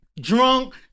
drunk